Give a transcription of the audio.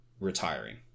retiring